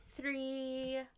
three